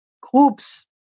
groups